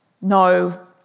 No